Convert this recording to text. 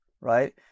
right